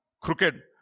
crooked